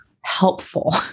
helpful